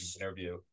interview